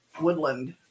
Woodland